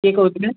କିଏ କହୁଥିଲେ